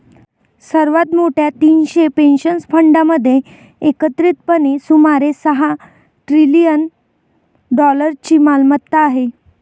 सर्वात मोठ्या तीनशे पेन्शन फंडांमध्ये एकत्रितपणे सुमारे सहा ट्रिलियन डॉलर्सची मालमत्ता आहे